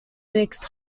mixed